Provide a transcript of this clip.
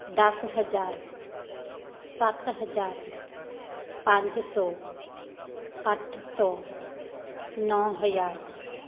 ਦਸ ਹਜ਼ਾਰ ਸੱਤ ਹਜ਼ਾਰ ਪੰਜ ਸੌ ਅੱਠ ਸੌ ਨੌ ਹਜ਼ਾਰ